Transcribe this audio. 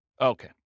Okay